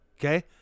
okay